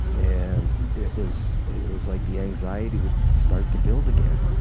and it was it was like the anxiety would start to build again.